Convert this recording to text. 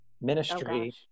ministry